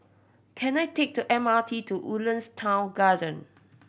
can I take the M R T to Woodlands Town Garden